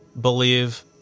believe